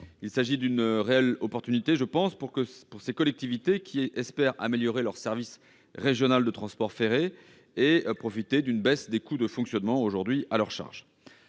Il s'agit d'une réelle avancée pour ces collectivités, qui espèrent améliorer leur service régional de transport ferré et profiter d'une baisse des coûts de fonctionnement, aujourd'hui à leur charge.